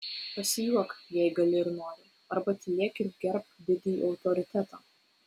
pasijuok jei gali ir nori arba tylėk ir gerbk didį autoritetą